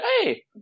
hey